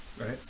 Right